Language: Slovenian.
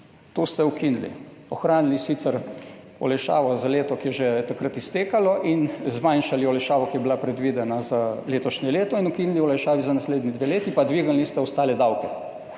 To ste ukinili. Ohranili ste sicer olajšavo za leto, ki se je že takrat iztekalo, zmanjšali olajšavo, ki je bila predvidena za letošnje leto, ukinili olajšave za naslednji dve leti in dvignili ostale davke.